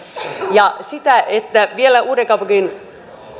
ja vielä uudenkaupungin